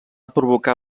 provocar